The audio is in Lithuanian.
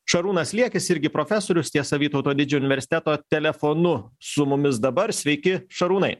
šarūnas liekis irgi profesorius tiesa vytauto didžiojo universiteto telefonu su mumis dabar sveiki šarūnai